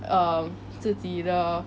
um 自己的